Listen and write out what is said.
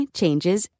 changes